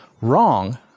wrong